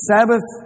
Sabbath